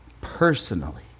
personally